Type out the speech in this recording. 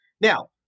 Now